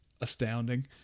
Astounding